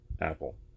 Apple